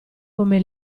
come